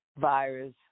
virus